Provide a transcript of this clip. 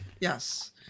Yes